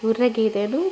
ముర్రె గేదెను